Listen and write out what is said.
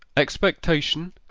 expectation,